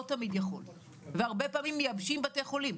תמיד יכול והרבה פעמים מייבשים בתי חולים.